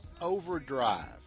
overdrive